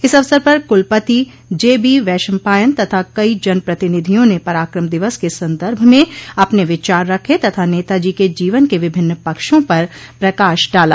इस अवसर पर कुलपति जेबी वैशंपायन तथा कई जन प्रतिनिधियों ने पराक्रम दिवस के सन्दर्भ में अपने विचार रखे तथा नेताजी के जीवन के विभिन्न पक्षों पर प्रकाश डाला